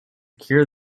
cure